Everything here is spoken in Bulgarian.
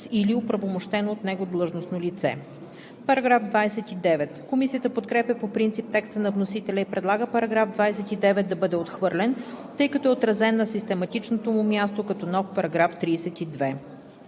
„или оправомощено от него длъжностно лице“. Комисията подкрепя по принцип текста на вносителя и предлага § 29 да бъде отхвърлен, тъй като е отразен на систематичното му място като нов § 32.